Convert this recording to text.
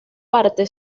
parte